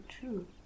true